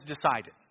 decided